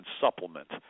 supplement